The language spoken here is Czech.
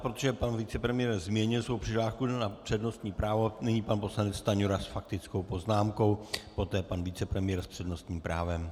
Protože pan vicepremiér změnil svou přihlášku na přednostní právo, nyní pan poslanec Stanjura s faktickou poznámkou, poté pan vicepremiér s přednostním právem.